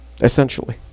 Essentially